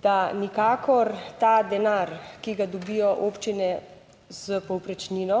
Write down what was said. da nikakor ta denar, ki ga dobijo občine s povprečnino,